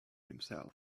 himself